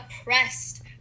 oppressed